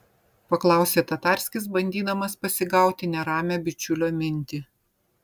paklausė tatarskis bandydamas pasigauti neramią bičiulio mintį